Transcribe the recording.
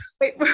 wait